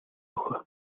үхэх